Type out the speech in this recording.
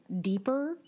deeper